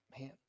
man